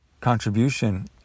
contribution